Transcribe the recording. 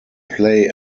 play